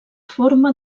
forma